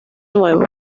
nuevo